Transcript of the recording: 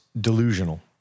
delusional